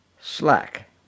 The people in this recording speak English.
Slack